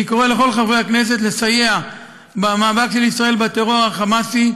אני קורא לכל חברי הכנסת לסייע במאבק של ישראל בטרור החמאסי,